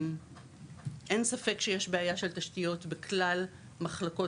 אין ספק שיש בעיה של תשתיות בכלל מחלקות